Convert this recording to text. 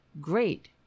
Great